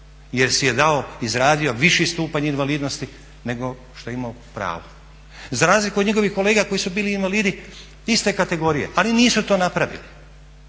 jer si je dao, izradio viši stupanj invalidnosti nego što je imao pravo. Za razliku od njegovih kolega koji su bili invalidi iste kategorije ali nisu to napravili.